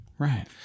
Right